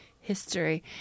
history